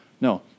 No